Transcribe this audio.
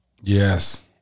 Yes